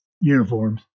uniforms